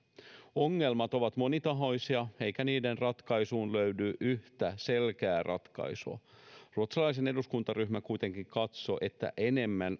ongelmat ovat monitahoisia eikä niiden ratkaisuun löydy yhtä selkeää ratkaisua ruotsalainen eduskuntaryhmä kuitenkin katsoo että enemmän